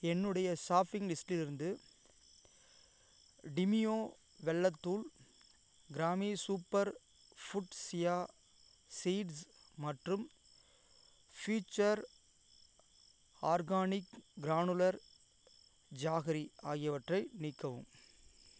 என்னுடைய ஷாப்பிங் லிஸ்டிலிருந்து டிமியோ வெல்லத் தூள் கிராமி சூப்பர் ஃபுட் சியா சீட்ஸ் மற்றும் ஃபுயூச்சர் ஆர்கானிக்ஸ் கிரானுலார் ஜாகரி ஆகியவற்றை நீக்கவும்